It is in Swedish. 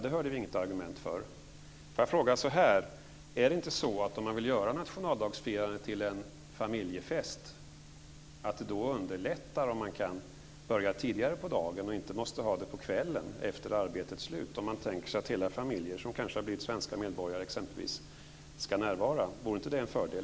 Det hörde vi inget argument om. Är det inte så att det underlättar om man kan börja tidigare på dagen och inte måste fira på kvällen efter arbetets slut om man vill göra nationaldagsfirandet till en familjefest? Man tänker sig kanske att hela familjer, som exempelvis har blivit svenska medborgare, ska närvara. Vore inte det en fördel?